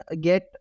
get